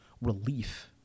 relief